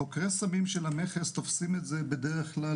חוקרי הסמים של המכס תופסים את זה בדרך כלל